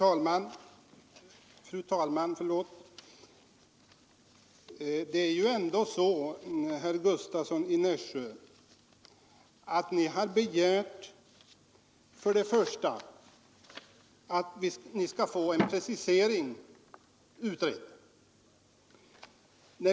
Fru talman! Det är ju ändå så, herr Gustavsson i Nässjö, att ni i motionen har begärt en precisering.